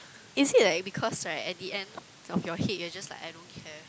is it like because right at the end of your head you're just like I don't care